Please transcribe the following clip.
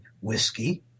whiskey